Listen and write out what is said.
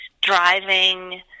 driving